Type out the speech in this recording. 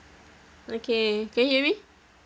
okay can you hear me